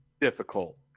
difficult